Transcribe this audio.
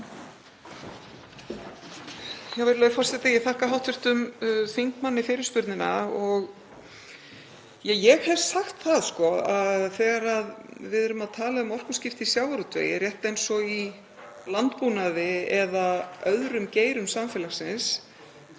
Virðulegur forseti. Ég þakka hv. þingmanni fyrirspurnina. Ég hef sagt það að þegar við erum að tala um orkuskipti í sjávarútvegi, rétt eins og í landbúnaði eða öðrum geirum samfélagsins,